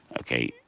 okay